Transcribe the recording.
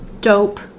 Dope